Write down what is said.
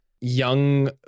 young